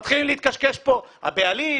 מתחילים להתקשקש פה על הבעלים.